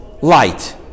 light